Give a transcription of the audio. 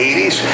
80s